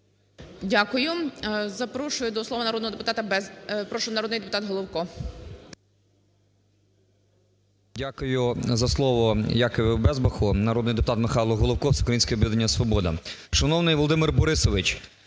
Дякую. Запрошую до слова народного депутата Шурму.